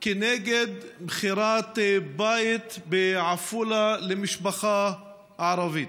נגד מכירת בית בעפולה למשפחה ערבית.